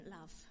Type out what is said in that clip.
love